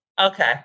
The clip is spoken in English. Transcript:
Okay